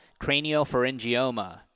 craniopharyngioma